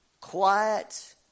quiet